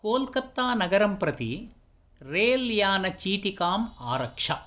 कोल्कत्तानगरं प्रति रेल्यानचीटिकाम् आरक्ष